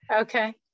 Okay